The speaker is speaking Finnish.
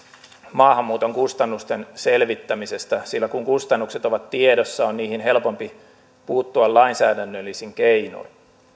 maahanmuuton kustannusten selvittämisestä sillä kun kustannukset ovat tiedossa on niihin helpompi puuttua lainsäädännöllisin keinoin